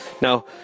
Now